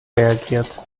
reagiert